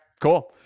Cool